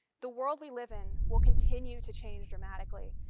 the world we live in will continue to change dramatically,